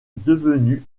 devenue